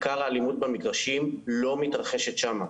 עיקר האלימות במגרשים לא מתרחשת שם.